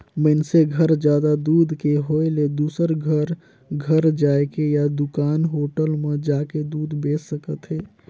मइनसे घर जादा दूद के होय ले दूसर घर घर जायके या दूकान, होटल म जाके दूद बेंच सकथे